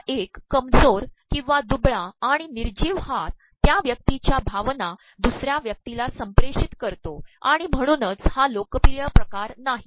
हा एक कमजोर ककंवा दबुळा आणण तनजीव हात त्या व्यक्तीच्या भावना दसु र्या व्यक्तीला संिेप्रषत करतो आणण म्हणूनच हा लोकप्रिय िकार नाही